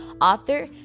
author